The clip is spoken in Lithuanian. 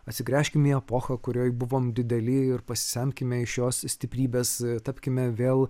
atsigręžkim į epochą kurioje buvom dideli ir pasisemkime iš jos stiprybės tapkime vėl